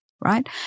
right